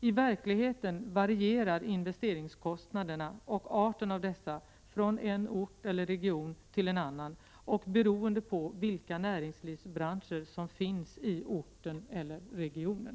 I verkligheten varierar investeringskostnaderna och arten av dessa från en ort regionen.